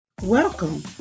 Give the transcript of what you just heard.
Welcome